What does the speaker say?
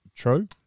true